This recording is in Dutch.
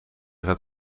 gaat